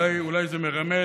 אולי זה מרמז,